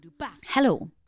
Hello